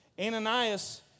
Ananias